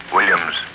Williams